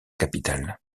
capitale